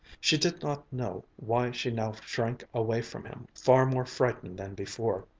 she did not know why she now shrank away from him, far more frightened than before.